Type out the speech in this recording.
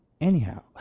Anyhow